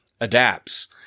adapts